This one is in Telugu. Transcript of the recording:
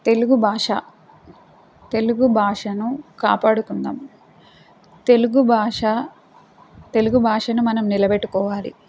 తెలుగు భాష తెలుగు భాషను కాపాడుకుందాము తెలుగు భాష తెలుగు భాషను మనం నిలబెట్టుకోవాలి